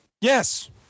Yes